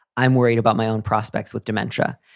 i'm worried about my own prospects with dementia.